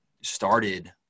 started